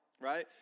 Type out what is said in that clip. right